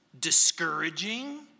discouraging